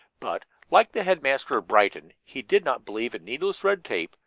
but, like the headmaster of brighton, he did not believe in needless red tape,